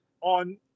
on